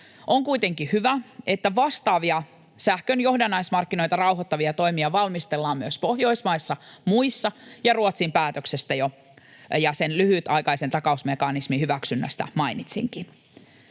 On kuitenkin hyvä, että vastaavia sähkön johdannaismarkkinoita rauhoittavia toimia valmistellaan myös muissa Pohjoismaissa. Ruotsin päätöksestä ja sen lyhytaikaisen takausmekanismin hyväksynnästä jo mainitsinkin.